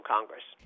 Congress